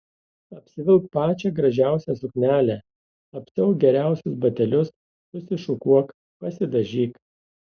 apsivilk pačią gražiausią suknelę apsiauk geriausius batelius susišukuok pasidažyk